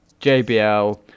JBL